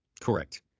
Correct